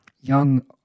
young